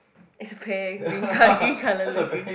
it's pear green colour looking